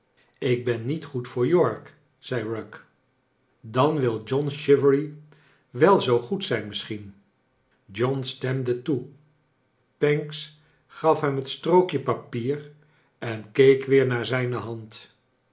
ik ben niet goed voor york zei rugg dan wil john chivery wel zoo goed zijn misschien john stemde toe pancks gaf hem het strookje papier en keek weer naar zijne hand